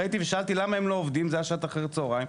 ראיתי ושאלתי למה הם לא עובדים זה בשעת אחר הצוהריים.